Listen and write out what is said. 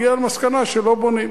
הגיע למסקנה שלא בונים.